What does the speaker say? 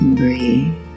breathe